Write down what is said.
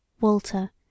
Walter